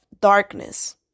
darkness